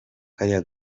kariya